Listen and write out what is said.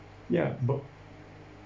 ya but